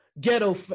ghetto